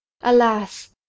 alas